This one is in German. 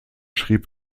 schrieb